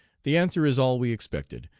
the answer is all we expected.